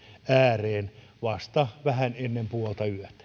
ääreen vasta vähän ennen puoltayötä